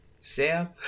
Sam